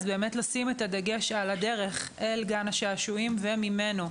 באמת יש לשים את הדגש על הדרך אל גן השעשועים וממנו.